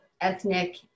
ethnic